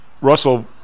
Russell